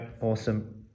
Awesome